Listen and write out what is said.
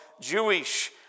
Jewish